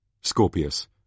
Scorpius